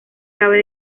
cabe